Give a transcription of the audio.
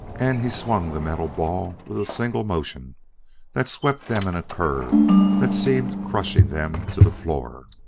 and he swung the metal ball with a single motion that swept them in a curve that seemed crushing them to the floor.